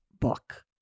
book